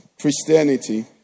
Christianity